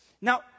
Now